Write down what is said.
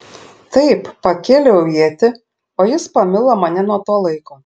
taip pakėliau ietį o jis pamilo mane nuo to laiko